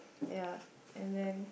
ya and then